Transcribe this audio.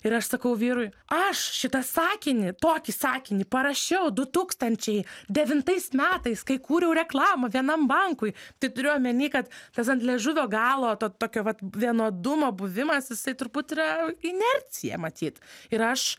ir aš sakau vyrui aš šitą sakinį tokį sakinį parašiau du tūkstančiai devintais metais kai kūriau reklamą vienam bankui tai turiu omeny kad tas ant liežuvio galo to tokio vat vienodumo buvimas jisai turbūt yra inercija matyt ir aš